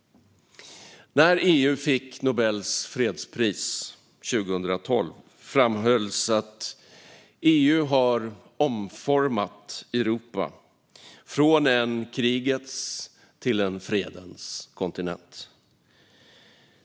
När EU fick Nobels fredspris 2012 framhölls att EU har omformat Europa från en krigets till en fredens kontinent.